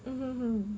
mm mm mm